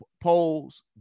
polls